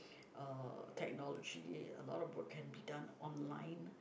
uh technology a lot of work can be done online